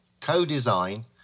co-design